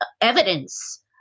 evidence